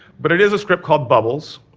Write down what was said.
but it is a script called bubbles,